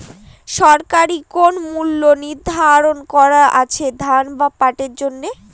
সরকারি কোন মূল্য নিধারন করা আছে ধান বা পাটের জন্য?